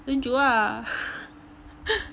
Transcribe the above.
sejuk ah